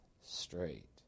straight